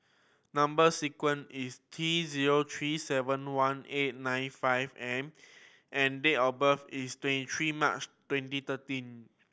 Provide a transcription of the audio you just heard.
number sequence is T zero three seven one eight nine five M and and date of birth is twenty three March twenty thirteen